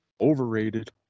Overrated